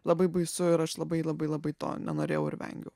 labai baisu ir aš labai labai labai to nenorėjau ir vengiau